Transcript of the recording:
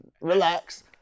relax